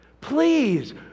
please